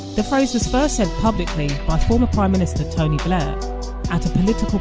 the phrase was first said publicly by former prime minister tony blair a political